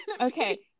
okay